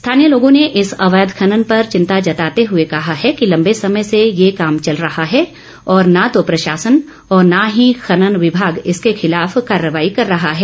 स्थानीय लोगों ने इस अवैध खनन पर चिंता जताते हुए कहा है कि लंबे समय से ये काम चल रहा है और न तो प्रशासन और नही खनन विभाग इसके खिलाफ कार्रवाई कर रहा है